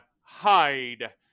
hide